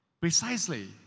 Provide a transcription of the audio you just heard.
Precisely